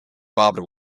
barbed